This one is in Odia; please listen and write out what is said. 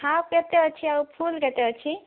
ହାଫ୍ କେତେ ଅଛି ଆଉ ଫୁଲ୍ କେତେ ଅଛି